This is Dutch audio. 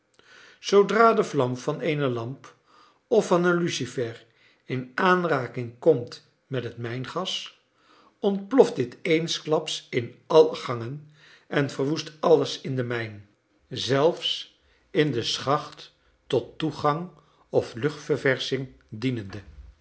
zoodra de vlam van eene lamp of van een lucifer in aanraking komt met het mijngas ontploft dit eensklaps in alle gangen en verwoest alles in de mijn zelfs in de schacht tot toegang of luchtverversching dienende